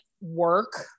work